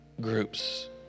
groups